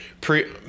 pre